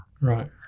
right